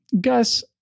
Gus